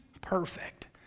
perfect